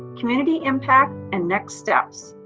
community impact and next steps.